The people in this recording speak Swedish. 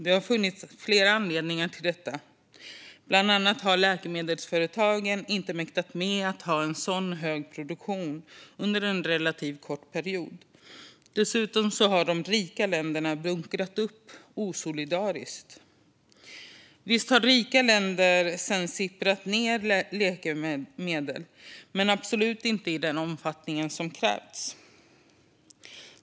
Det har funnits flera anledningar till detta; bland annat har läkemedelsföretagen inte mäktat med att ha en så hög produktion under en relativ kort period. Dessutom har de rika länderna osolidariskt bunkrat vaccin. Visst har rika länder sedan låtit läkemedel sippra ned, men det har absolut inte skett i den omfattning som krävts.